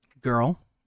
Girl